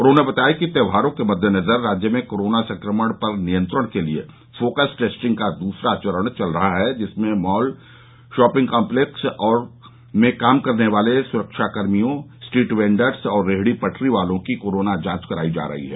उन्होंने बताया कि त्यौहारों के मददेनजर राज्य में कोरोना संक्रमण नियंत्रण के लिये फोकस टेस्टिंग का दूसरा चरण चल रहा है जिसमें माल और शॉपिंग कॉम्पलेक्स में काम करने वाले सुरक्षाकर्मियों स्ट्रीट वेडर्स और रेहड़ी पटरी वालों की कोरोना जांच कराई जा रही है